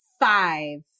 five